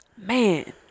man